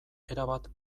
erabat